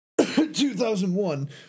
2001